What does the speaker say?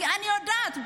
אני יודעת,